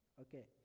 okay